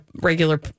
regular